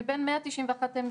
מבין 191 העמדות,